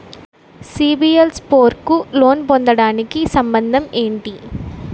CIBIL score కు loan పొందటానికి సంబంధం ఏంటి?